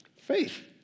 Faith